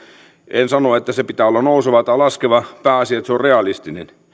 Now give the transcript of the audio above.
en sano että sen pitää olla nouseva tai laskeva pääasia on että se on realistinen